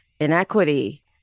inequity